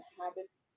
habits